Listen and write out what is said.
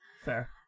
fair